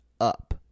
up